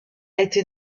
été